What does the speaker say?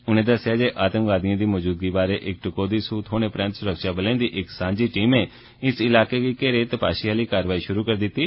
उन्नें दस्सेया जे आतंकवादियें दी मजूदगी बारै इक टकोहदी सूह थ्होने परैन्त सुरक्षाबलें दी इक सांझी टीमै इलाके गी घेरियै तुपाई आली कारवाई शुरु करी दिती